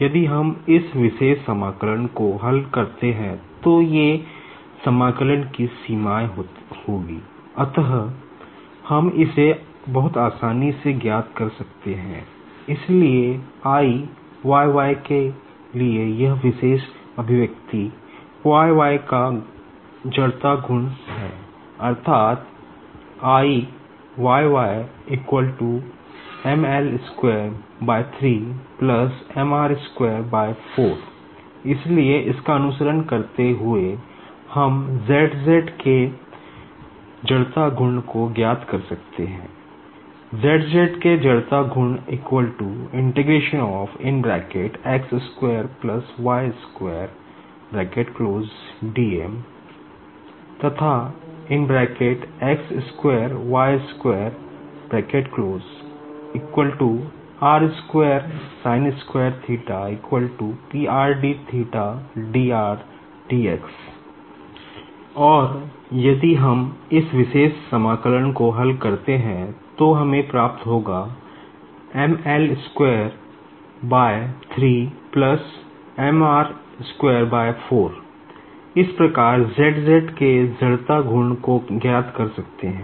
यदि हम इस विशेष इंटीग्रेशन है अर्थात् इसलिए इसका अनुसरण करते हुए हर्म ZZ के इनरशिया को ज्ञात कर सकते है ZZ के इनरशिया तथा ⇒ और यदि हम इस विशेष इंटीग्रेशन को हल करते हैं तो हमें प्राप्त होगा इस प्रकार ZZ के इनरशिया है